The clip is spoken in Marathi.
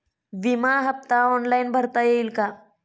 विमा हफ्ता ऑनलाईन भरता येईल का?